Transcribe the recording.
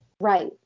Right